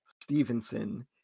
Stevenson